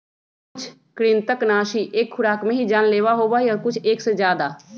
कुछ कृन्तकनाशी एक खुराक में ही जानलेवा होबा हई और कुछ एक से ज्यादा